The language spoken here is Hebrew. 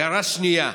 הערה שנייה,